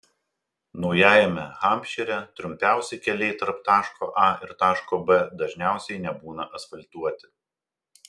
naujajame hampšyre trumpiausi keliai tarp taško a ir taško b dažniausiai nebūna asfaltuoti